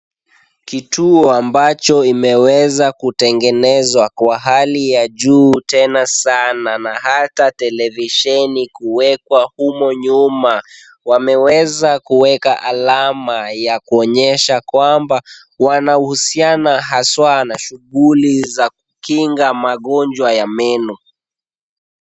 Kituo ambacho imeweza kutengenezwa kwa hali ya juu tena sana na hata televisheni ikiwekwa humo nyuma. Wameweza kuweka alama ya kuonyesha kwamba wanahusiana na shughuli za kukinga magonjwa ya meno.